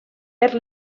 per